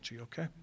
okay